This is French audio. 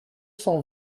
cent